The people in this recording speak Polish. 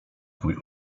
twój